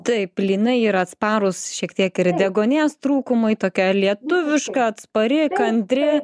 taip lynai yra atsparūs šiek tiek ir deguonies trūkumui tokia lietuviška atspari kantri